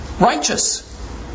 righteous